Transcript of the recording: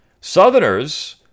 Southerners